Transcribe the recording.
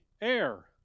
air